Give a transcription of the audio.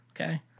okay